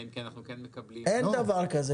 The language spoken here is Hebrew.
אם כן אנחנו כן מקבלים --- אין דבר כזה.